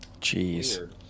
Jeez